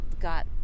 got